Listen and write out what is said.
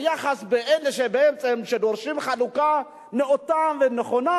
היחס לאלה שדורשים חלוקה נאותה ונכונה